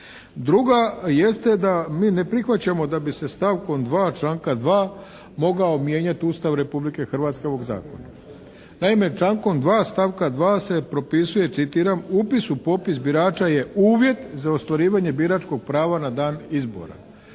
Druga jeste da mi ne prihvaćamo da bi se stavkom 2. članka 2. mogao mijenjati Ustav Republike Hrvatske, ovog zakona. Naime člankom 2. stavka 2. se propisuje citiram: "Upis u popis birača je uvjet za ostvarivanje biračkog prava na dan izbora".